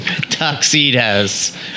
Tuxedos